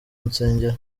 nsengero